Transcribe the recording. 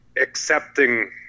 Accepting